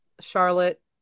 Charlotte